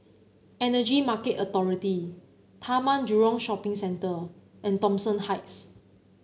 Energy Market Authority Taman Jurong Shopping Centre and Thomson Heights